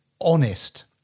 honest